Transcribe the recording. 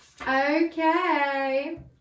Okay